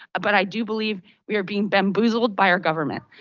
but i do believe we are being bamboozled by our government.